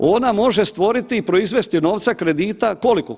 Ona može stvoriti i proizvesti novca kredita koliko?